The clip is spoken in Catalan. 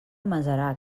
masarac